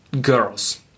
girls